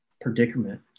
predicament